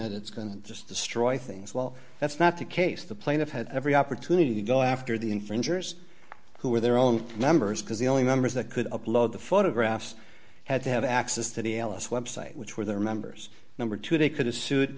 that it's going to just destroy things well that's not the case the plaintiff had every opportunity to go after the infringers who were their own members because the only members that could upload the photographs had to have access to the alice website which were their members number two they could have sued